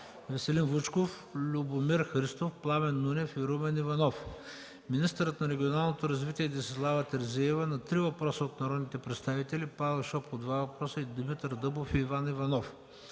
Веселин Вучков, Любомир Христов, Пламен Нунев и Румен Иванов; – министърът на регионалното развитие Десислава Терзиева – на три въпроса от народните представители Павел Шопов (два въпроса), и Димитър Дъбов и Иван Иванов;